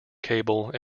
cable